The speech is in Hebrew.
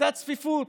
הייתה צפיפות,